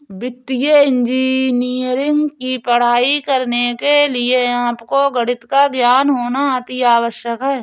वित्तीय इंजीनियरिंग की पढ़ाई करने के लिए आपको गणित का ज्ञान होना अति आवश्यक है